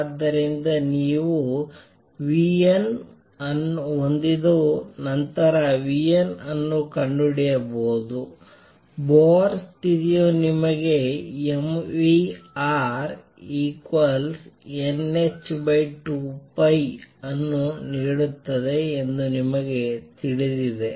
ಆದ್ದರಿಂದ ನೀವು vn ಅನ್ನು ಹೊಂದಿದ ನಂತರ vn ಅನ್ನು ಕಂಡುಹಿಡಿಯಬಹುದು ಬೊರ್ ಸ್ಥಿತಿಯು ನಿಮಗೆ mvrnh2π ಅನ್ನು ನೀಡುತ್ತದೆ ಎಂದು ನಿಮಗೆ ತಿಳಿದಿದೆ